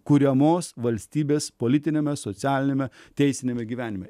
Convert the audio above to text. kuriamos valstybės politiniame socialiniame teisiniame gyvenime